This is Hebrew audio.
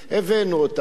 הבאנו אותם,